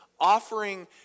offering